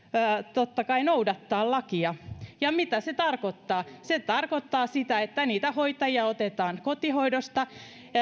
totta kai noudattaa lakia mitä se tarkoittaa se tarkoittaa sitä että niitä hoitajia otetaan kotihoidosta